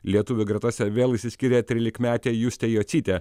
lietuvių gretose vėl išsiskyrė trylikmetė justė jocytė